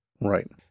Right